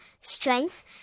strength